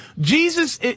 Jesus